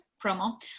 promo